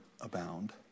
abound